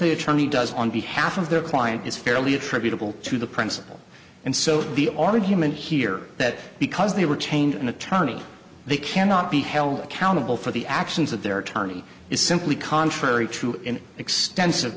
the attorney does on behalf of their client is fairly attributable to the principle and so the argument here that because they were changing an attorney they cannot be held accountable for the actions of their attorney is simply contrary true in extensive